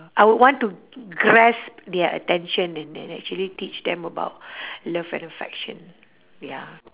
I would want to grasp their attention and and actually teach them about love and affection ya